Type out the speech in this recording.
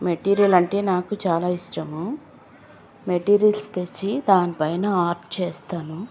material అంటే నాకు చాలా ఇష్టము మెటీరియల్స్ తెచ్చి దానిపైన ఆర్ట్ చేస్తాను